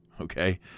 okay